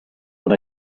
what